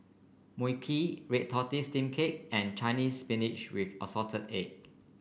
Mui Kee Red Tortoise Steamed Cake and Chinese Spinach with assorted egg